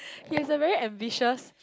he has a very ambitious